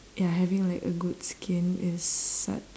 ya having like a good skin is such